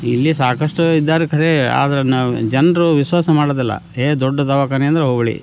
ಇಲ್ಲಿ ಸಾಕಷ್ಟು ಇದ್ದಾರೆ ಕರೆ ಆದರೆ ನಾವು ಜನರು ವಿಶ್ವಾಸ ಮಾಡೋದಿಲ್ಲ ಯೇ ದೊಡ್ಡ ದವಾಖಾನೆ ಅಂದರೆ ಹುಬ್ಬಳ್ಳಿ